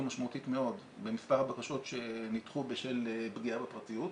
משמעותית מאוד במספר הבקשות שנדחו בשל פגיעה בפרטיות.